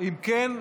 אם כן,